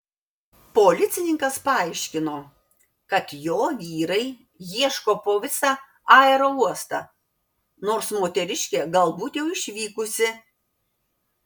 policininkas paaiškino kad jo vyrai ieško po visą aerouostą nors moteriškė galbūt jau išvykusi